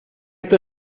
esto